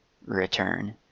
return